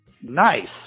Nice